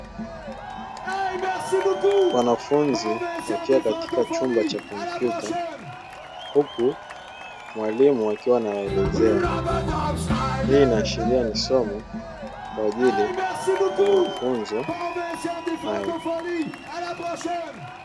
Wanafunzi wakiwa katika chumba cha kompyuta huku walimu wakiwa wanawaelezea, hii inaashiria ni usomi kwa ajili ya mafunzo hayo.